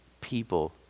people